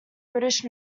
british